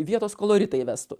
vietos koloritą įvestų